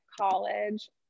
college